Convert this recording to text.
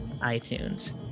iTunes